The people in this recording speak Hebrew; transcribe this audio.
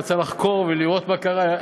הם רוצים לחקור ולראות מה קרה.